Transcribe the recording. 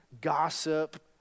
gossip